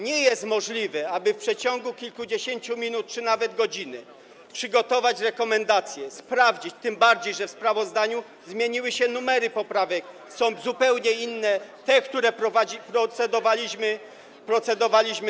Nie jest możliwe, aby w przeciągu kilkudziesięciu minut czy nawet godziny przygotować rekomendacje, sprawdzić to, tym bardziej że w sprawozdaniu zmieniły się numery poprawek, są zupełnie inne tych, nad którymi procedowaliśmy.